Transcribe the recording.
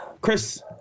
Chris